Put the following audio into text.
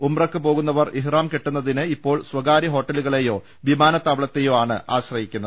ഉംറക്ക് പോകുന്നവർ ഇഹ്റാം കെട്ടുന്നതിന് ഇപ്പോൾ സ്ഥകാര്യ ഹോട്ടലുകളെയോ വിമാനത്താവളത്തെയോ ആണ് ആശ്രയിക്കുന്നത്